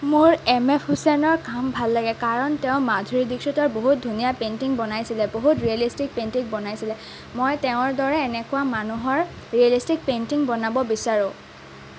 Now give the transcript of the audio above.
মোৰ M F হুচেইনৰ কাম ভাল লাগে কাৰণ তেওঁ মাধুৰী দীক্ষিতৰ বহুত ধুনীয়া পেইণ্টিং বনাইছিলে বহুত ৰিয়েলিষ্টিক পেইণ্টিং বনাইছিলে মই তেওঁৰ দৰে এনেকুৱা মানুহৰ ৰিয়েলিষ্টিক পেইণ্টিং বনাব বিচাৰোঁ